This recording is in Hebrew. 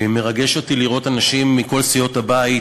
מרגש אותי לראות אנשים מכל סיעות הבית